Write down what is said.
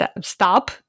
stop